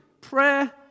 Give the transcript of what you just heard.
prayer